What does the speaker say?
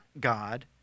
God